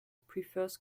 prefers